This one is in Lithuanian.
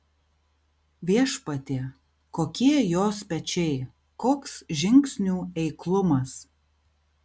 viešpatie kokie jos pečiai koks žingsnių eiklumas